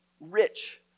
rich